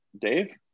Dave